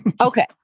Okay